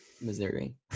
Missouri